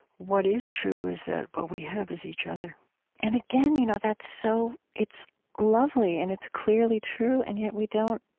what is true is that what we have is each other and again, you know that's so it's lovely and it's clearly true, and yet we don't,